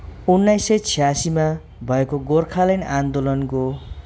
उन्नाइस सय छयासीमा भएको गोर्खाल्यान्ड आन्दोलनको